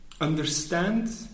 understand